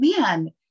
man